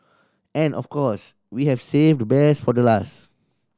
and of course we have saved the best for the last